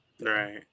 Right